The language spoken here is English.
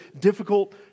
difficult